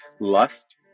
lust